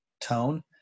tone